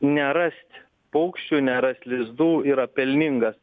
nerast paukščių neras lizdų yra pelningas